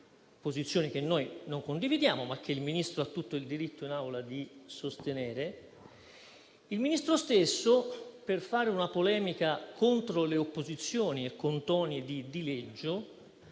posizione che noi non condividiamo, ma che il Ministro ha tutto il diritto in Aula di sostenere - il Ministro stesso, per fare polemica contro le opposizioni e con toni di dileggio